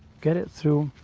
get it through,